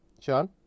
Sean